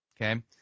Okay